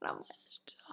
Stop